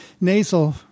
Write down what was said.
nasal